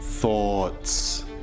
Thoughts